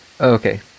Okay